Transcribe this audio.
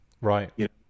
Right